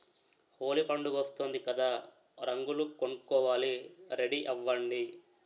హోలీ పండుగొస్తోంది కదా రంగులు కొనుక్కోవాలి రెడీ అవ్వండి